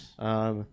Yes